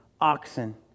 oxen